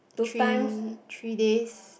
three three days